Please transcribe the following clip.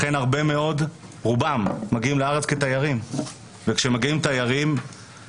לכן רובם מגיעים לארץ כתיירים ואז הם פשוט